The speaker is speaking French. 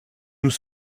nous